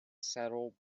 saddle